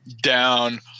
down